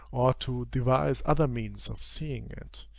or to devise other means of seeing it.